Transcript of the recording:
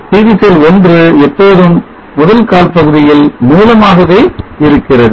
PV செல் 1 எப்போதும் முதல் கால் பகுதியில் மூலமாகவே இருக்கிறது